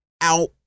out